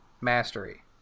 mastery